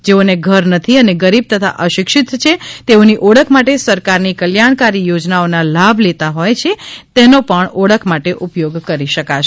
જેઓને ઘર નથી અને ગરીબ તથા અશિક્ષિત છે તેઓની ઓળખ માટે સરકારની કલ્યાણકારી યોજનાઓના લાભ લેતા હોય છે તેનો પણ ઓળખ માટે ઉપયોગ કરી શકાશે